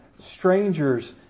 strangers